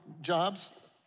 jobs